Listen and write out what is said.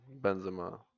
Benzema